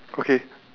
okay